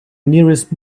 nearest